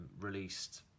released